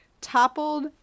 toppled